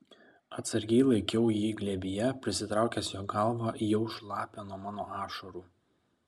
atsargiai laikiau jį glėbyje prisitraukęs jo galvą jau šlapią nuo mano ašarų